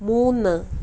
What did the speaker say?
മൂന്ന്